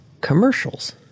commercials